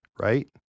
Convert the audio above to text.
right